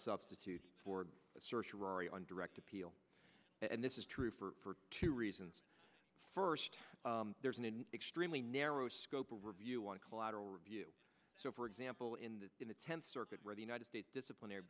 substitute for surgery on direct appeal and this is true for two reasons first there's an extremely narrow scope of review on collateral review so for example in the in the tenth circuit where the united states disciplinary